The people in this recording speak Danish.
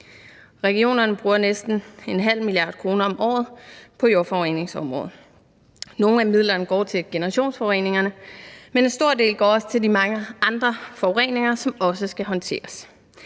Regionerne bruger næsten en halv milliard kroner om året på jordforureningsområdet. Nogle af midlerne går til generationsforureningerne, men en stor del går også til de mange andre forureninger, som også skal håndteres.